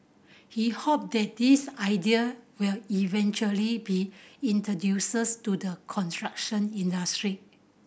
he hope that these idea will eventually be introduces to the construction industry